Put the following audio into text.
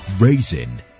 raising